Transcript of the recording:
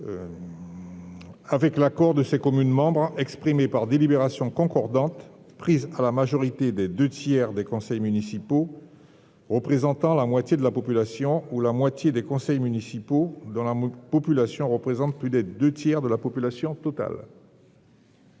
avec l'accord de ses communes membres, exprimé par délibérations concordantes prises à la majorité des deux tiers des conseils municipaux représentant la moitié de la population ou la moitié des conseils municipaux dont la population représente plus des deux tiers de la population totale